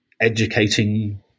educating